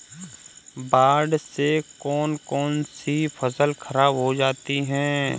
बाढ़ से कौन कौन सी फसल खराब हो जाती है?